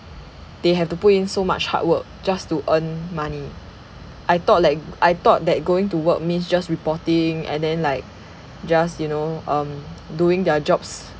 they have to put in so much hard work just to earn money I thought like g~ I thought that going to work means just reporting and then like just you know um doing their jobs